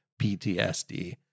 PTSD